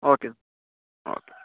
okay sir okay